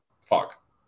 fuck